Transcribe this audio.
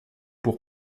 pour